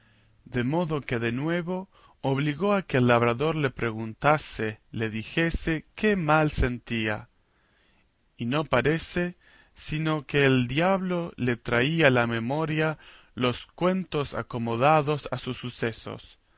de modo que de nuevo obligó a que el labrador le preguntase le dijese qué mal sentía y no parece sino que el diablo le traía a la memoria los cuentos acomodados a sus sucesos